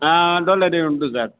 ஆ door delivery உண்டு sir